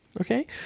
Okay